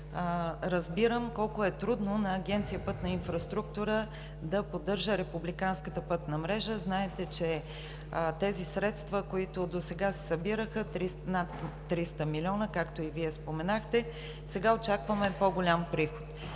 разбирам колко е трудно на Агенция „Пътна инфраструктура“ да поддържа републиканската пътна мрежа. Знаете, че тези средства, които досега се събираха, бяха над 300 млн. лв., както и Вие споменахте. Сега очакваме по-голям приход.